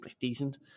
decent